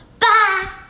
Bye